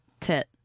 Tit